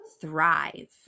thrive